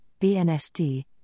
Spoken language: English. BNST